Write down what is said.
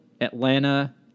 Atlanta